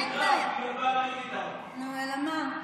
נו, אלא מה?